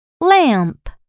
Lamp